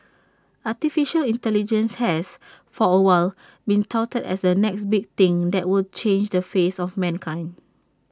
Artificial Intelligence has for A while been touted as A next big thing that will change the face of mankind